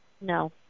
No